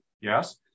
Yes